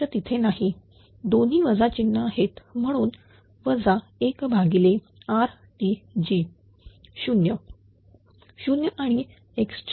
तेथे नाही दोन्ही वजा चिन्ह आहे म्हणून 1RTg 00 आणि x4